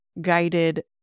guided